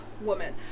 woman